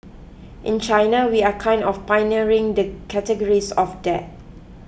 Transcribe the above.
in China we are kind of pioneering the categories of that